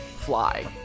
fly